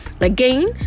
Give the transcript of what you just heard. Again